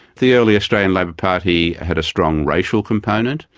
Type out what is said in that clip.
the early australian labor party had a strong racial component,